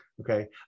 Okay